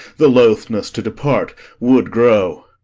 the loathness to depart would grow.